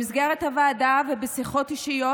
במסגרת הוועדה ובשיחות אישיות,